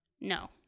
No